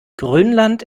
grönland